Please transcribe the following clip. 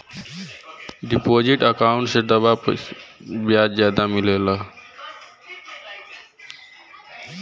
deposit account में जमा पइसा पे ब्याज जादा मिलला